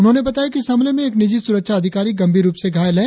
उन्होंने बताया कि इस हमले में एक निजी सुरक्षा अधिकारी गंभीर रुप से घायल है